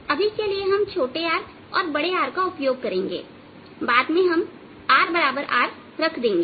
अभी के लिए हम छोटे r और R बड़े का उपयोग करेंगेबाद में हम rR रख देंगे